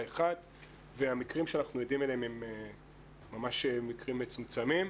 אחד והמקרים שאנחנו עדים להם הם ממש מקרים מצומצמים.